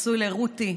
נשוי לרותי,